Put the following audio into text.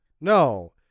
No